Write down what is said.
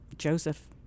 Joseph